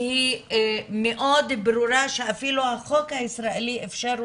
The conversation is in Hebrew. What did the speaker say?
שהיא מאוד ברורה, שאפילו החוק הישראלי אפשר אותה,